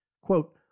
Quote